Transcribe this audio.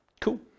Cool